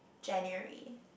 January